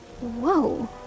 Whoa